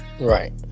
Right